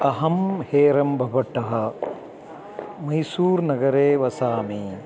अहं हेरम्ब बट्टः मैसूर्नगरे वसामि